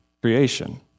creation